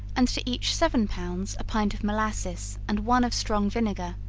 and to each seven pounds a pint of molasses, and one of strong vinegar,